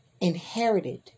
inherited